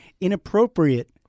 inappropriate